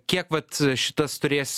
kiek vat šitas turės